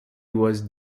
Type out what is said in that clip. was